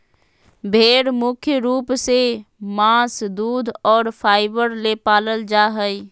भेड़ मुख्य रूप से मांस दूध और फाइबर ले पालल जा हइ